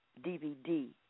DVD